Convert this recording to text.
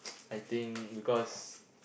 I think because